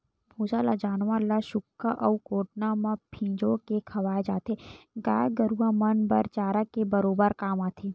भूसा ल जानवर ल सुख्खा अउ कोटना म फिंजो के खवाय जाथे, गाय गरुवा मन बर चारा के बरोबर काम आथे